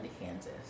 Kansas